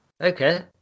Okay